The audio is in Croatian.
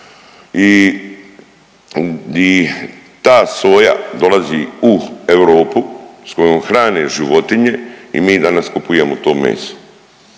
di ta soja dolazi u Europu s kojom hrane životinje i mi danas kupujemo to meso,